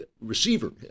receiver